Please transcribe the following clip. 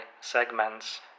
segments